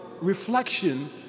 reflection